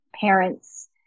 parents